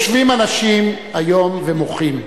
יושבים אנשים היום ומוחים.